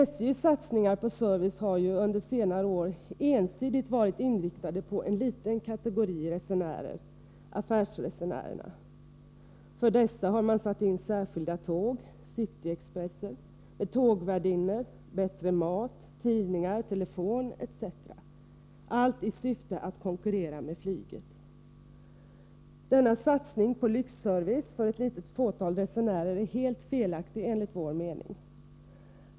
SJ:s satsningar på service under senare år har ju ensidigt varit inriktade på en liten kategori resenärer: affärsresenärerna. För dessa har man satt in särskilda tåg, Cityexpressen, med tågvärdinnor, bättre mat, tidningar, telefon etc., allt i syfte att konkurrera med flyget. Denna satsning på lyxservice för ett litet fåtal resenärer är helt felaktig enligt vår mening.